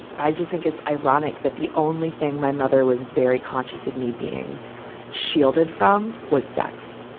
i just think it's ironic that the only thing my mother was very conscious of me being shielded from was sex.